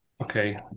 Okay